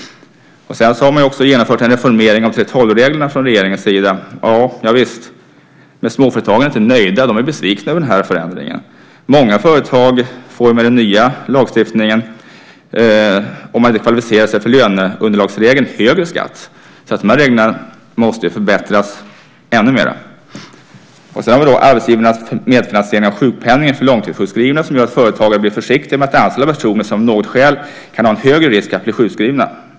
Regeringen har också genomfört en reformering av 3:12-reglerna. Javisst, men småföretagarna är inte nöjda, utan de är besvikna över den här förändringen. Med den nya lagstiftningen får många företag som inte har kvalificerat sig för löneunderlagsregeln högre skatt. De här reglerna måste förbättras ännu mer. Arbetsgivarnas medfinansiering av sjukpenningen för långtidssjukskrivna gör att företagare blir försiktiga med att anställa personer som av något skäl kan ha en högre risk att bli sjukskrivna.